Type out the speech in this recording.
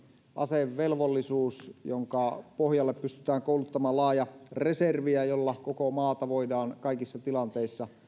asevelvollisuus jonka pohjalle pystytään kouluttamaan laaja reservi ja jolla koko maata voidaan kaikissa tilanteissa